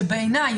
שבעיניי,